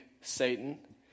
Satan